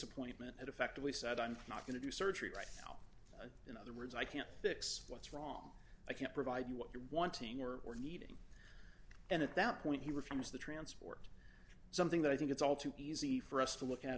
appointment effectively said i'm not going to do surgery right now in other words i can't fix what's wrong i can't provide you what you're wanting or needing and at that point he refused to transport something that i think it's all too easy for us to look at